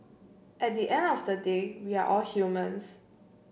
at the end of the day we are all humans